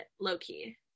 low-key